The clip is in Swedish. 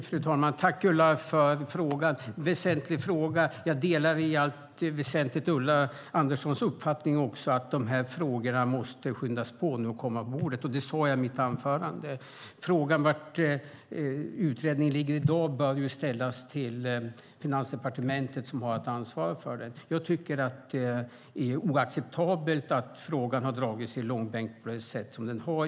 Fru talman! Tack, Ulla, för frågan! Det är en väsentlig fråga. Jag delar också i allt väsentligt Ulla Anderssons uppfattning att de här frågorna måste skyndas på och komma upp på bordet. Det sade jag i mitt anförande. Frågan var utredningen ligger i dag bör ställas till Finansdepartementet, som har att ansvara för den. Jag tycker att det är oacceptabelt att frågan har dragits i långbänk på det sätt som den har.